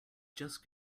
just